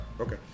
okay